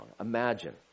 Imagine